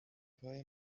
پای